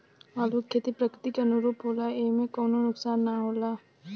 आलू के खेती प्रकृति के अनुरूप होला एइमे कवनो नुकसान ना होला